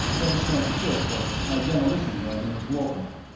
then sent chilcote, my demolition man, in to open it.